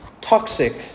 toxic